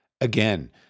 Again